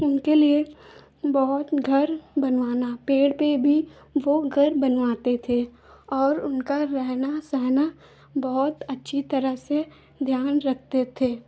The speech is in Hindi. उनके लिए बहुत घर बनाना पेड़ पे भी वो घर बनाते थे और उनका रहना सहना बहुत अच्छी तरह से ध्यान रखते थे